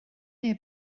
neu